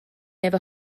efo